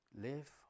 Live